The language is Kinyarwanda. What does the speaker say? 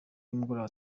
nimugoroba